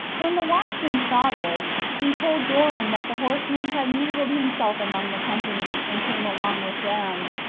when the watchman saw this, he told joram that the horseman had mingled himself among the company, and came along with them.